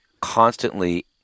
constantly